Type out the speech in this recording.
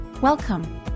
Welcome